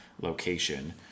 location